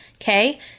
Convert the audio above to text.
okay